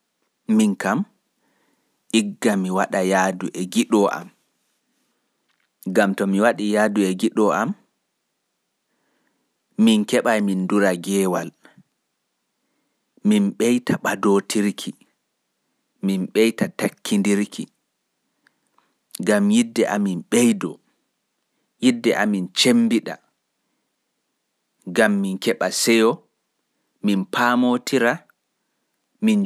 Ndikka mi waɗa yaadu e giɗo am gam min ndura geewal, min ɓeita ɓadindirki e takkindirki. Gam yiide amin cembiɗa, beido min keɓa seyo e jonnde jam.